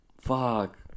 Fuck